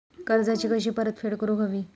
कर्जाची कशी परतफेड करूक हवी?